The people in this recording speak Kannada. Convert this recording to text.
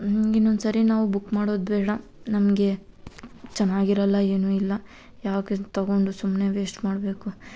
ಇನ್ನೊಂದ್ಸರಿ ನಾವು ಬುಕ್ ಮಾಡೋದ್ಬೇಡ ನಮಗೆ ಚೆನ್ನಾಗಿರಲ್ಲ ಏನೂ ಇಲ್ಲ ಯಾಕೆ ತೊಗೊಂಡು ಸುಮ್ಮನೆ ವೇಸ್ಟ್ ಮಾಡಬೇಕು